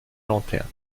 lanterne